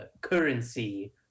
currency